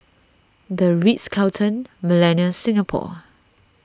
the Ritz Carlton Millenia Singapore